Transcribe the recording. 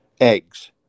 Eggs